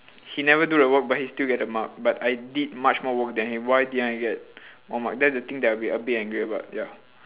he never do the work but he still get the mark but I did much more work than him why didn't I get more mark that's the thing that I'll be a bit angry about ya